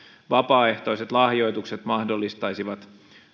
vapaaehtoiset lahjoitukset mahdollistaisivat